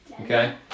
Okay